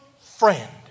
friend